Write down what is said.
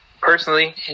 Personally